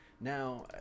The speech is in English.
Now